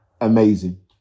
amazing